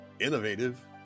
Innovative